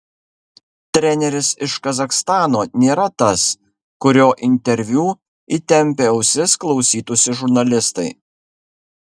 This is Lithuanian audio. treneris iš kazachstano nėra tas kurio interviu įtempę ausis klausytųsi žurnalistai